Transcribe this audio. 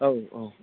औ औ